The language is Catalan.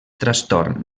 trastorn